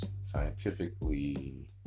scientifically